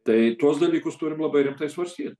tai tuos dalykus turim labai rimtai svarstyt